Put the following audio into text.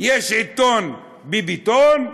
יש עיתון "ביביתון",